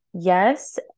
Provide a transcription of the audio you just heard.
yes